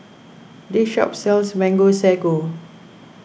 this shop sells Mango Sago